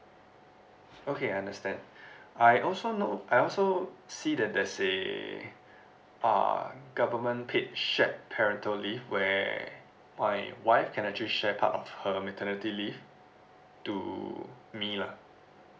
okay I understand I also know I also see that there's a uh government paid shared parental leave where my wife can actually share part of her maternity leave to me lah